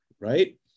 right